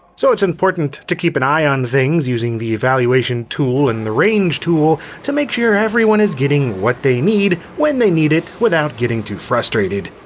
so it's important to keep an eye on things using the evaluation tool and the range tool to make sure everyone is getting what they need, when they need it, without getting too frustrated.